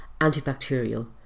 antibacterial